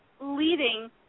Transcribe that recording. leading